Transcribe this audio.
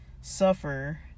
suffer